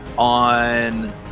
On